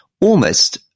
almost-